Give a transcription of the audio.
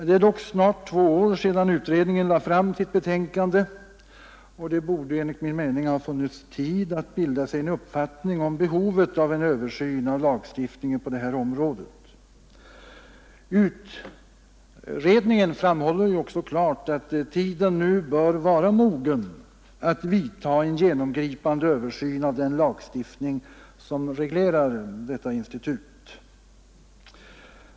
Det är dock snart två år sedan utredningen lade fram sitt betänkande, och det borde enligt min mening ha funnits tid att bilda sig en uppfattning om behovet av en översyn av lagstiftningen på det här området. Utredningen framhåller också klart att tiden nu bör vara mogen att vidta en genomgripande översyn av den lagstiftning som reglerar detta institut.